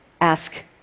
ask